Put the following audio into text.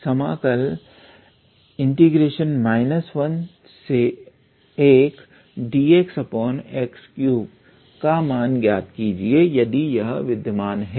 समाकल 11dxx3 का मान ज्ञात कीजिए यदि यह विद्यमान है